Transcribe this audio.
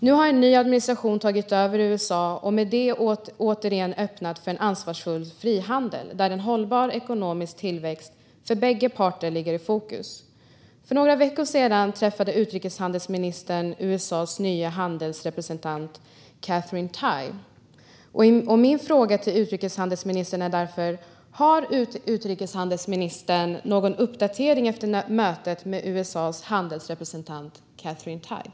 Nu har USA en ny administration som åter öppnat för en ansvarsfull frihandel där en hållbar ekonomisk tillväxt för bägge parter är i fokus. För några veckor sedan träffade utrikeshandelsministern USA:s nya handelsrepresentant Katherine Tai. Min fråga är därför: Har utrikeshandelsministern någon uppdatering efter detta möte?